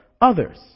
others